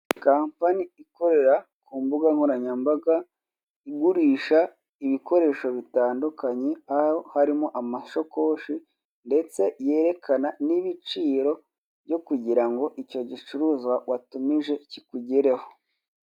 Kampani ikorera ku mbuga nkoranyambaga igurisha ibikoresho bitandekanye, aho harimo amashakoshi ndetse yerekana n'ibiciro byo kugira ngo icyo gicuruzwa watumije kikugereho.